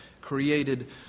created